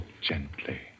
gently